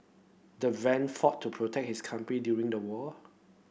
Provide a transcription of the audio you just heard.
the van fought to protect his country during the war